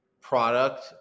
product